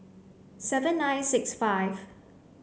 seven nine six five